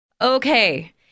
Okay